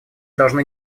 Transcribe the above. должны